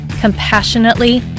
compassionately